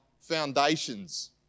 foundations